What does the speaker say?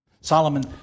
Solomon